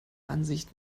ansicht